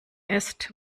ist